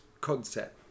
concept